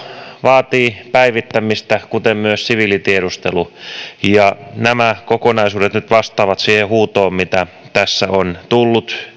vaatii päivittämistä kuten myös siviilitiedustelu nämä kokonaisuudet nyt vastaavat siihen huutoon mitä tässä on tullut